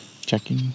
checking